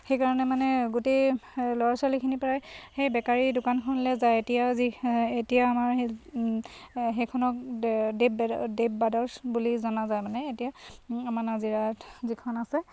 সেইকাৰণে মানে গোটেই ল'ৰা ছোৱালীখিনিৰ প্ৰায় সেই বেকাৰী দোকানখনলৈ যায় এতিয়া যি এতিয়া আমাৰ সেই সেইখনক দেৱ দেৱ ব্ৰাডাৰ্চ বুলি জনা যায় মানে এতিয়া আমাৰ নাজিৰাত যিখন আছে